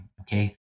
okay